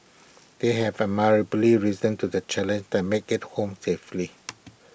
they have admirably risen to the challenge and make IT home safely